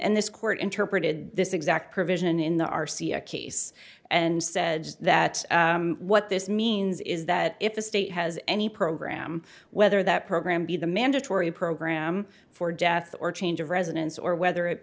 this court interpreted this exact provision in the r c a case and says that what this means is that if the state has any program whether that program be the mandatory program for death or change of residence or whether it